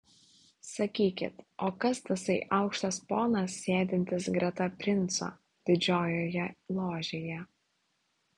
sakykit o kas tasai aukštas ponas sėdintis greta princo didžiojoje ložėje